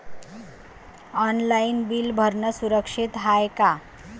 Online bill भरनं सुरक्षित हाय का?